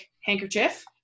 handkerchief